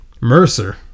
Mercer